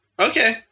Okay